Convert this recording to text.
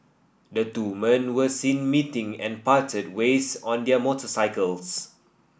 the two men were seen meeting and parted ways on their motorcycles